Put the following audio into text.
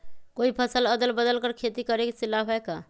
कोई फसल अदल बदल कर के खेती करे से लाभ है का?